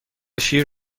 شیر